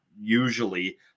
usually